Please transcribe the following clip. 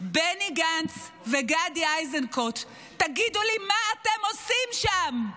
בני גנץ וגדי איזנקוט: תגידו לי, מה אתם עושים שם?